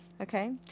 okay